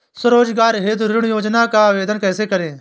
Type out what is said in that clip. स्वरोजगार हेतु ऋण योजना का आवेदन कैसे करें?